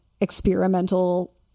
experimental